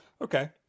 Okay